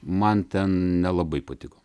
man ten nelabai patiko